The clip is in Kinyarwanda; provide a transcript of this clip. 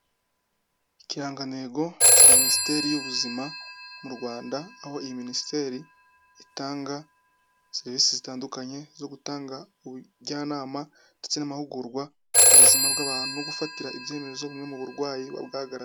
Ikirangantego cya minisiteri y'ubuzima mu Rwanda, aho iyi minisiteri itanga serivisi zitandukanye zo gutanga ubujyanama ndetse n'amahugurwa ku buzima bw'abantu no gufatira ibyemezo bumwe mu burwayi buba bwagaragaye.